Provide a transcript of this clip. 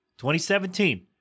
2017